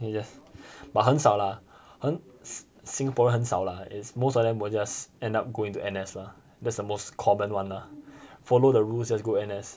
yes but 很少 lah 很 singaporean 很少 lah is most of them will just end up going to N_S lah that's the most common one follow the rules just go N_S